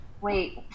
wait